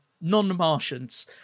Non-Martians